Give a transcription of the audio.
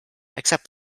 except